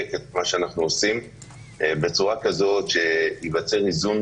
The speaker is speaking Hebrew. לדייק את מה שאנחנו עושים בצורה כזאת שייווצר איזון